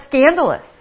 scandalous